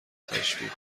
تشویق